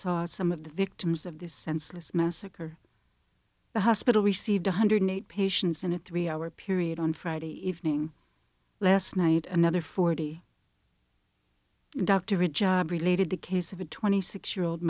saw some of the victims of this senseless massacre the hospital received one hundred eight patients in a three hour period on friday evening last night another forty doctor job related the case of a twenty six year old